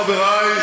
חברי,